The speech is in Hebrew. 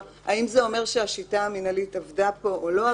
והאם זה אומר שהשיטה המנהלית עבדה פה או לא עבדה?